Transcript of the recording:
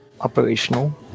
Operational